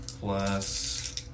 plus